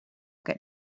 get